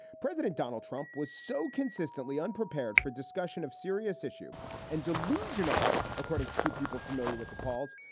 president donald trump was so consistently unprepared for discussion of serious issue and delusional, according to people familiar with the calls,